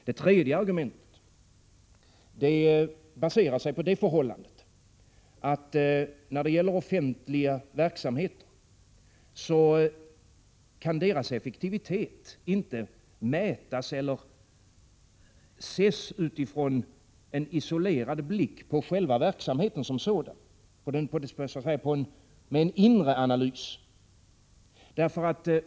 Det tredje argumentet baserar sig på det förhållandet att när det gäller offentliga verksamheter kan deras effektivitet inte mätas eller ses utifrån en isolerad blick på själva verksamheten som sådan, med en inre analys.